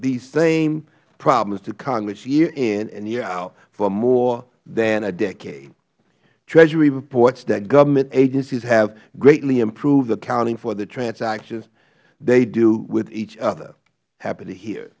the same problems to congress year in and year out for more than a decade treasury reports that government agencies have greatly improved accounting for the transactions they do with each other happy to hear